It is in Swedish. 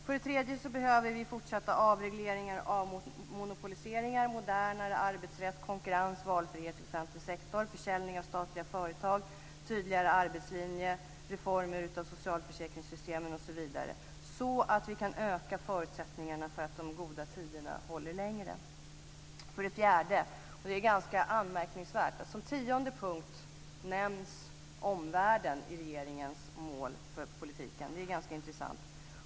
För det tredje behöver vi fortsatta avregleringar och avmonopoliseringar, modernare arbetsrätt, konkurrens och valfrihet i offentlig sektor, försäljning av statliga företag, tydligare arbetslinje, reformering av socialförsäkringssystemen osv., så att vi kan öka förutsättningarna för att de goda tiderna håller längre. Det är ganska anmärkningsvärt att som tionde punkt nämns omvärlden i regeringens mål för politiken. Det är ganska intressant.